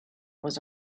was